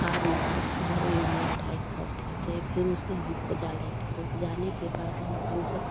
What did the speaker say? खाद्य मारकर यूरिया ढाई सब देते हैं फ़िर उसे हम उपजा लेते हैं उपजाने के बाद में हम जब